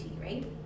right